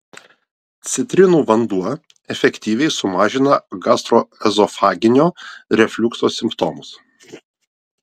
citrinų vanduo efektyviai sumažina gastroezofaginio refliukso simptomus